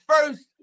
first